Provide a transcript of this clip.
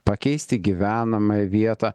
pakeisti gyvenamąją vietą